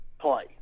play